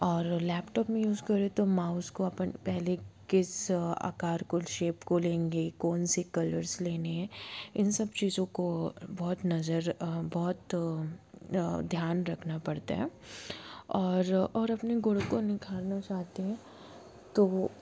और लैपटौप में यूज करें तो माउस को अपन पहले किस आकार को शेप को लेंगे कौन सी कलर्स लेने हैं इन सब चीज़ों को बहुत नजर बहुत ध्यान रखना पड़ता है और और अपनी गुण को निखारना चाहते हैं तो